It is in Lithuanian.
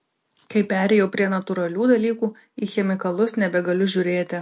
kai perėjau prie natūralių dalykų į chemikalus nebegaliu žiūrėti